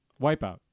Wipeout